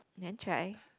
you want try